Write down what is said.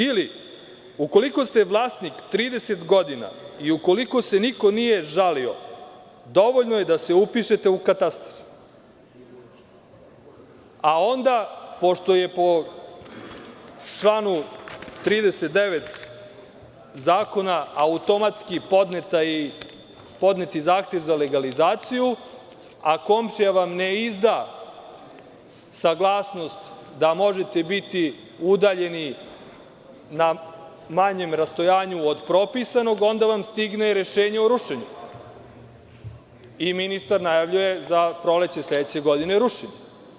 Ili, ukoliko ste vlasnik 30 godina i ukoliko se niko nije žalio, dovoljno je da se upišete u katastar, a onda, pošto je po članu 39. zakona automatski podnet i zahtev za legalizaciju, a komšija vam ne izda saglasnost da možete biti udaljeni na manjem rastojanju od propisanog, onda vam stigne rešenje o rušenju i ministar najavljuje za proleće sledeće godine rušenje.